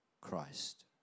Christ